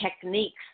techniques